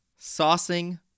Saucing